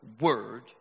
word